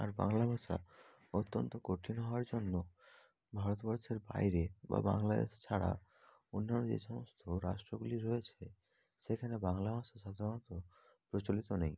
আর বাংলা ভাষা অত্যন্ত কঠিন হওয়ার জন্য ভারতবর্ষের বাইরে বা বাংলাদেশ ছাড়া অন্য যে সমস্ত রাষ্ট্রগুলি রয়েছে সেখানে বাংলা ভাষা সাধারণত প্রচলিত নেই